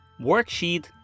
Worksheet